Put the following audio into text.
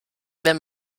wenn